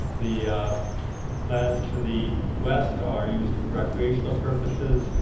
the lands to the west are used for recreational purposes.